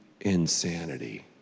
insanity